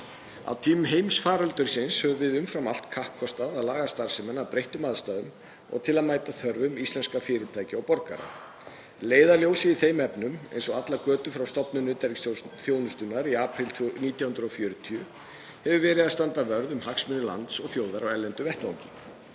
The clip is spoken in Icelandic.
Á tímum heimsfaraldursins höfum við umfram allt kappkostað að laga starfsemina að breyttum aðstæðum og til að mæta þörfum íslenskra fyrirtækja og borgara. Leiðarljósið í þeim efnum, eins og allar götur frá stofnun utanríkisþjónusta þjónustunnar í apríl 1940, hefur verið að standa vörð um hagsmuni lands og þjóðar á erlendum vettvangi.